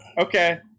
okay